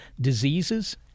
diseases